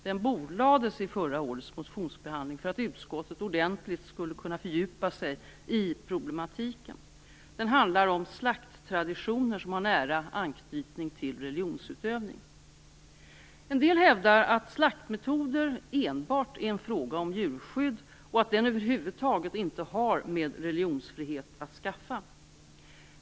Den bordlades vid förra årets motionsbehandling för att utskottet ordentligt skulle kunna fördjupa sig i problematiken. Den handlar om slakttraditioner som har nära anknytning till religionsutövning. En del hävdar att slaktmetoder enbart är en fråga om djurskydd och att de över huvud taget inte har med religionsfrihet att skaffa.